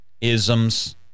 isms